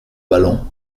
ballon